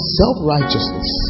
self-righteousness